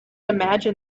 imagine